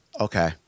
Okay